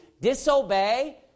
disobey